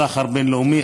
סחר בין-לאומי,